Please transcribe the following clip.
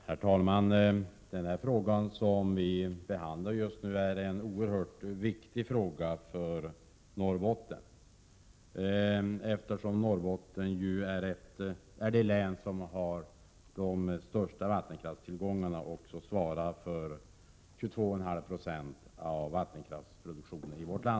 Herr talman! Den fråga som vi just nu behandlar är en oerhört viktig fråga för Norrbotten. Norrbottens län är ju det län som har de största vattenkraftstillgångarna. Dessutom svarar länet för 22,5 96 av landets vattenkraftsproduktion.